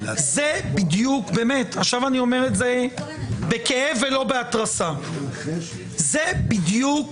זאת בדיוק, אני אומר בכאב ולא בהתרסה, זאת בדיוק